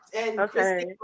Okay